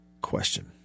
question